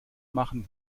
machen